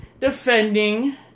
defending